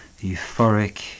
euphoric